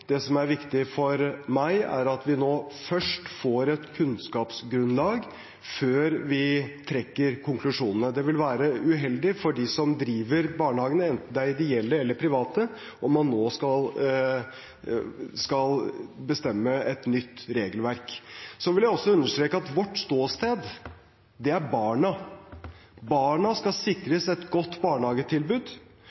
Det som er viktig for meg, er at vi får et kunnskapsgrunnlag før vi trekker konklusjonene. Det vil være uheldig for dem som driver barnehagene, enten det er ideelle er private, om man nå skulle bestemme seg for et nytt regelverk. Jeg vil også understreke at vårt ståsted er barnas. Barna skal